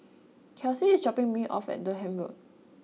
Kelsie is dropping me off at Durham Road